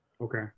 Okay